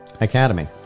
Academy